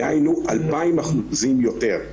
דהיינו 2000 אחוזים יותר.